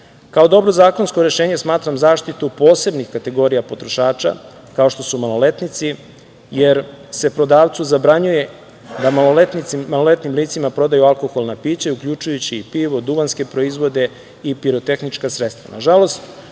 dobro zakonsko rešenje smatram zaštitu posebnih kategorija potrošača, kao što su maloletnici, jer se prodavcu zabranjuje da maloletnim licima prodaju alkoholna pića, uključujući i pivo, duvanske proizvode i pirotehnička sredstva. Nažalost,